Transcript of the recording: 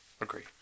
agree